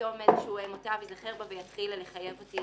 פתאום איזשהו מוטב ייזכר בה ויתחיל לחייב אותי